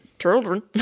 children